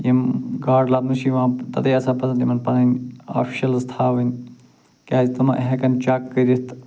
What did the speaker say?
یِم گاڈٕ لبنہٕ چھِ یِوان تٔتی ہسا پَزَن تِمَن پنٕنۍ آفِشلٕز تھاوٕنۍ کیٛازِ تِمہٕ ہٮ۪کن چَک کٔرِتھ